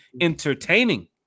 entertaining